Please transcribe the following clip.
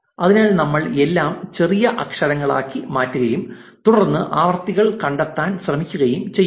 അതിനാൽ നമ്മൾ എല്ലാം ചെറിയ അക്ഷരങ്ങളാക്കി മാറ്റുകയും തുടർന്ന് ആവൃത്തികൾ കണ്ടെത്താൻ ശ്രമിക്കുകയും ചെയ്യും